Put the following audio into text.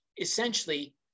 essentially